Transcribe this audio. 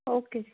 okay